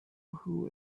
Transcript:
who